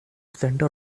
center